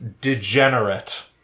degenerate